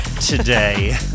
today